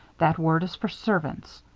that word is for servants.